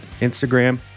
Instagram